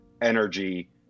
energy